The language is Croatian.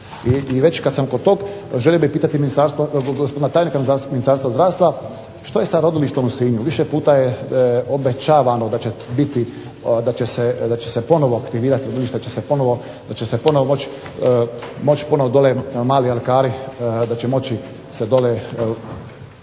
I već kad sam kod tog, želio bih pitati ministarstvo, tajnika Ministarstva zdravstva što je sa rodilištom u Sinju? Više puta je obećavano da će biti, da će se ponovo aktivirati …/Ne razumije se./…, da će se ponovo moći, moći ponovo dole mali alkari, da će moći se dole